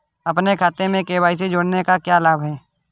अपने खाते में के.वाई.सी जोड़ने का क्या लाभ है?